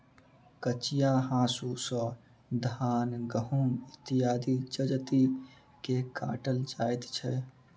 कचिया हाँसू सॅ धान, गहुम इत्यादि जजति के काटल जाइत छै